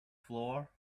floor